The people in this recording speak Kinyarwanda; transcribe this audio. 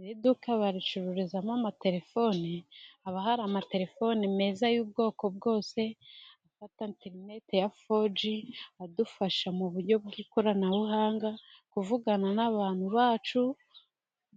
Iri duka baricururizamo amatelefoni, haba hari amatelefoni meza y'ubwoko bwose, afata interneti ya foji, adufasha mu buryo bw'ikoranabuhanga kuvugana n'abantu bacu